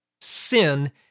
sin